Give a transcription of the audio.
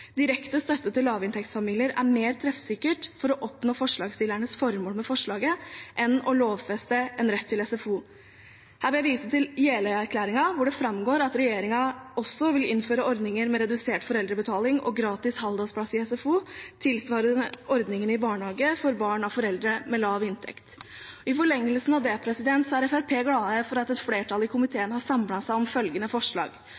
Direkte støtte til lavinntektsfamilier er mer treffsikkert for å oppnå forslagsstillernes formål med forslaget enn å lovfeste en rett til SFO. Her vil jeg vise til Jeløya-erklæringen, hvor det framgår at regjeringen også vil innføre ordninger med redusert foreldrebetaling og gratis halvdagsplass i SFO, tilsvarende ordningen i barnehage for barn av foreldre med lav inntekt. I forlengelsen av det er Fremskrittspartiet glad for at flertallet i komiteen har samlet seg om følgende forslag: